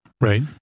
Right